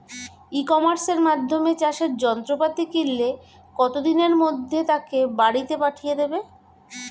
ই কমার্সের মাধ্যমে চাষের যন্ত্রপাতি কিনলে কত দিনের মধ্যে তাকে বাড়ীতে পাঠিয়ে দেবে?